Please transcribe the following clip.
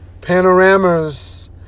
Panoramas